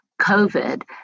COVID